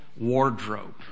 wardrobe